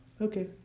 okay